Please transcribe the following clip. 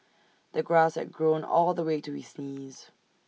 the grass had grown all the way to his knees